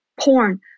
porn